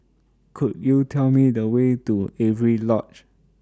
Could YOU Tell Me The Way to Avery Lodge